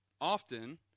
often